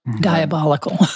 diabolical